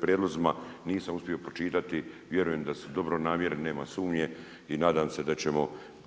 prijedlozima. Nisam uspio pročitati, vjerujem da su dobronamjerni, nema sumnje i nadam se da ćemo